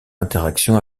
interaction